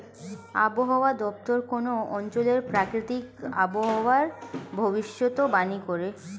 আবহাওয়া দপ্তর কোন অঞ্চলের প্রাকৃতিক আবহাওয়ার ভবিষ্যতবাণী করে